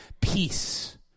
Peace